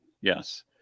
yes